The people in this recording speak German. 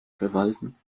verwalten